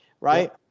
right